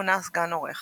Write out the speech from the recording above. מונה סגן עורך